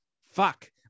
Fuck